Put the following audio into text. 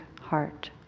heart